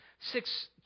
six